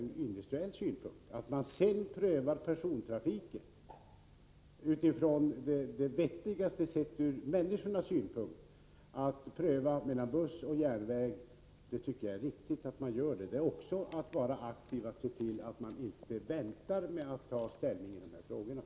Jag tycker att det är riktigt att vi redan prövar persontrafiken utifrån vad som är vettigast sett från människornas synpunkt, och att vi gör en avvägning mellan buss och järnväg. Att inte vänta med att ta ställning i de här frågorna är också att vara aktiv.